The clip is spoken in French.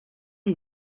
est